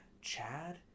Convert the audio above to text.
Chad